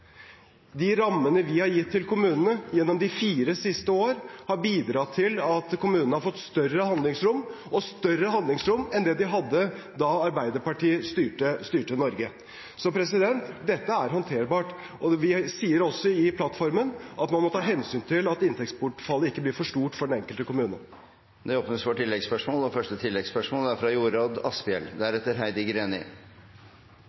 De rammene vi har gitt til kommunene gjennom de fire siste år, har bidratt til at kommunene har fått større handlingsrom – og større handlingsrom enn det de hadde da Arbeiderpartiet styrte Norge. Så dette er håndterbart. Vi sier også i plattformen at man må ta hensyn til at inntektsbortfallet ikke blir for stort for den enkelte kommune. Det åpnes for oppfølgingsspørsmål – først fra representanten Jorodd Asphjell.